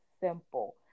simple